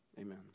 Amen